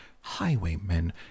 highwaymen